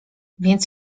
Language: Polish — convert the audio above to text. więc